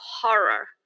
horror